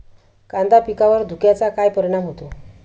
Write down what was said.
कांदा पिकावर धुक्याचा काय परिणाम होतो?